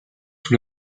sous